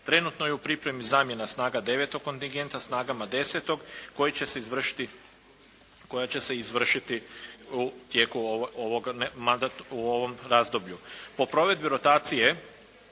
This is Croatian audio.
Trenutno je u pripremi zamjena snaga 9. kontingenta snagama 10. koji će se izvršiti, koja će se izvršiti u tijeku ovog, u ovom razdoblju. Po provedbi rotacije